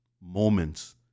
moments